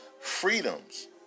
freedoms